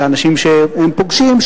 לאנשים שהם פוגשים,